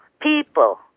People